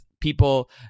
people